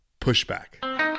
Pushback